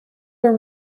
were